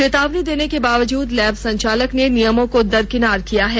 चेतावनी देने के बावजूद लैब संचालक ने नियमों को दरकिनार किया है